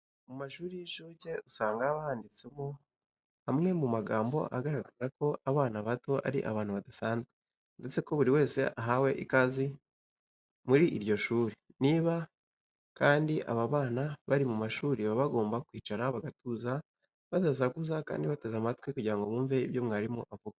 Mu mashuri y'incuke usanga haba handitsemo amwe mu magambo agaragaza ko abana bato ari abantu badasanzwe ndetse ko buri wese ahawe ikaze muri iryo shuri. Niba kandi aba bana bari mu ishuri, baba bagomba kwicara bagatuza, badasakuza kandi bateze amatwi kugira ngo bumve ibyo mwarimu avuga.